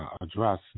address